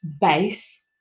Base